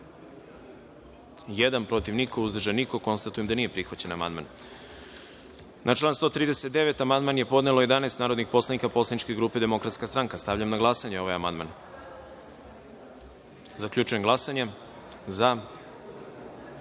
četiri, protiv – niko, uzdržan – niko. Konstatujem da nije prihvaćen amandman. Na član 48. amandman je podnelo pet narodnih poslanika poslaničke grupe LSV – Zelena stranka. Stavljam na glasanje ovaj amandman. Zaključujem glasanje: za